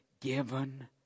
given